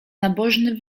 nabożny